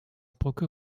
brücke